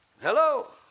hello